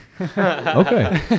Okay